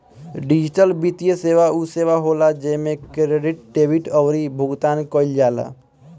digital वित्तीय सेवा उ सेवा होला जेमे क्रेडिट, डेबिट अउरी भुगतान कईल जाला